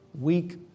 weak